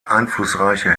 einflussreiche